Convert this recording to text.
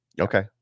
Okay